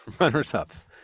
runners-ups